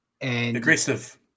Aggressive